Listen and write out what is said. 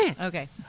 Okay